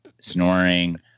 snoring